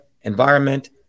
environment